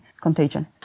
contagion